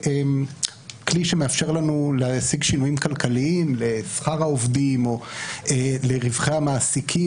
ככלי שמאפשר לנו להשיג שינויים כלכליים לשכר העובדים או לרווחי המעסיקים